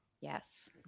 Yes